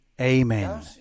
Amen